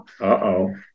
Uh-oh